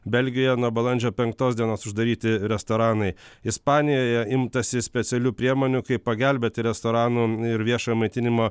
belgijoje nuo balandžio penktos dienos uždaryti restoranai ispanijoje imtasi specialių priemonių kaip pagelbėti restoranų ir viešojo maitinimo